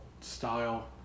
style